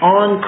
on